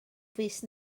fis